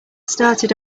started